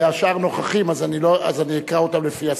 השאר נוכחים, אז אני אקרא אותם לפי הסדר.